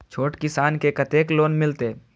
छोट किसान के कतेक लोन मिलते?